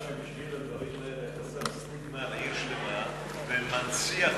חבל שבשביל הדברים האלה אתה שם סטיגמה על עיר שלמה ומנציח אותה.